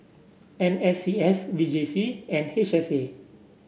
N S C S V J C and H S A